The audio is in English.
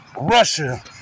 Russia